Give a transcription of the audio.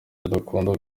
adakunda